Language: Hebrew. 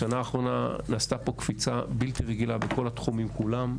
בשנה האחרונה נעשתה פה קפיצה בלתי רגילה בכל התחומים כולם,